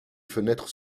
fenêtres